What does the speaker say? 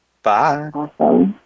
Bye